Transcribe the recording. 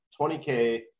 20k